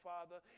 Father